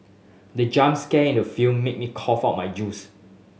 the jump scare in the film made me cough out my juice